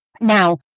Now